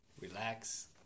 relax